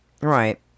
Right